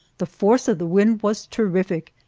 the force of the wind was terrific,